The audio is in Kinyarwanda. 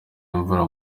imvura